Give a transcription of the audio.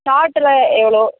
சார்ட்டெலாம் எவ்வளோ